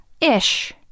Ish